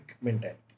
mentality